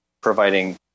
providing